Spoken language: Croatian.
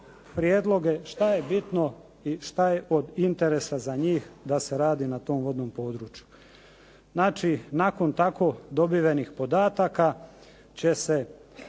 prijedloge šta je bitno i šta je od interesa za njih da se radi na tom vodnom području. Znači nakon tako dobivenih podataka će se